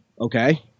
okay